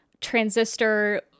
transistor